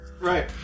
Right